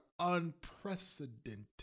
unprecedented